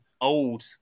old